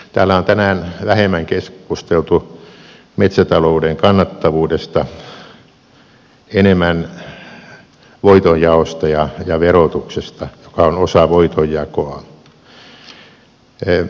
täällä on tänään vähemmän keskusteltu metsätalouden kannattavuudesta enemmän voitonjaosta ja verotuksesta joka on osa voitonjakoa